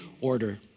order